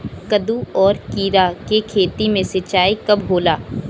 कदु और किरा के खेती में सिंचाई कब होला?